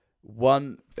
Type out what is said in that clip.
one